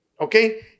Okay